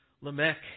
Lamech